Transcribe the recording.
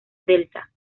delta